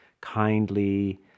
kindly